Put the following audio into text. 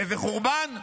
איזה חורבן?